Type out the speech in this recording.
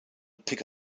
pick